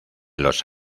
los